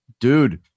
Dude